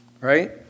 Right